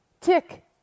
tick